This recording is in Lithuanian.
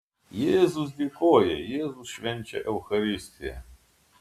jėzus dėkoja jėzus švenčia eucharistiją